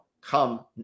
come